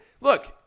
look